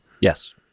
Yes